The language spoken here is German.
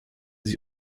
sie